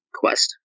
quest